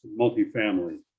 multifamily